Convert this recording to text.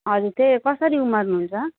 हजुर त्यही कसरी उमार्नुहुन्छ